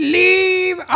leave